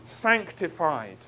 sanctified